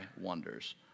wonders